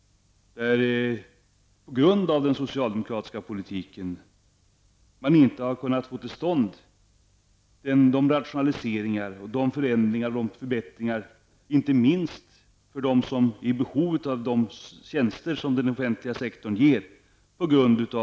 På grund av den socialdemokratiska politiken har man inte kunnat få till stånd de förändringar som är nödvändiga för dem som är i behov av de tjänster som den offentliga sektorn ger.